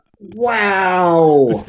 wow